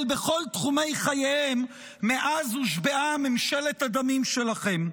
בכל תחומי חייהם מאז הושבעה ממשלת הדמים שלכם.